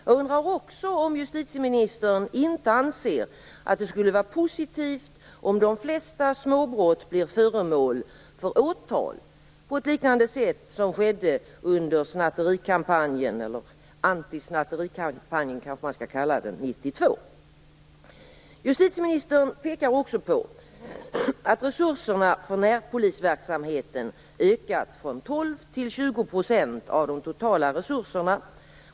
Jag undrar också om justitieministern inte anser att det skulle vara positivt om de flesta småbrott blev föremål för åtal på ett liknande sätt som skedde under snatterikampanjen, eller antisnatterikampanjen kanske man skall kalla den, 1992. Justitieministern pekar också på att resurserna för närpolisverksamheten ökat från 12 % till 20 % av de totala resurserna.